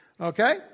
okay